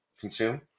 consume